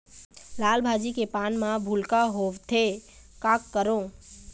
लाल भाजी के पान म भूलका होवथे, का करों?